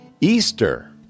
Easter